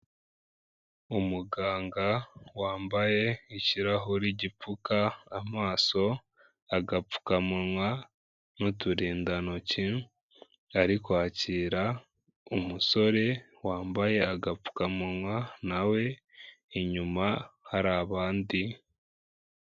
Umuganga wambaye ikirahuri gipfuka amaso, agapfukamunwa n'uturindantoki, ari kwakira umusore wambaye agapfukamunwa na we inyuma hari abandi.